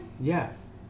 Yes